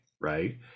right